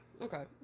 Okay